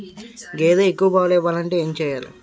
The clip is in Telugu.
గేదె ఎక్కువ పాలు ఇవ్వాలంటే ఏంటి చెయాలి?